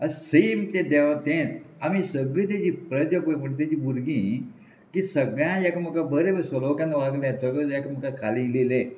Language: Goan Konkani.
आ सैम ते देवातेंत आमी सगळीं तेजी प्रज पळय म्हणटा तेजी भुरगीं की सगळ्यान एकामेकांक बरें सांगल्यात सगळें एकामेकाक खाली इल्लें